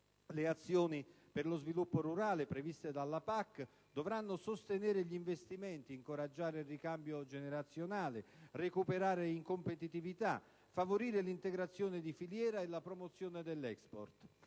Le azioni per lo sviluppo rurale previste dalla PAC dovranno sostenere gli investimenti, incoraggiare il ricambio generazionale, recuperare in competitività, favorire l'integrazione di filiera e la promozione dell'*export*.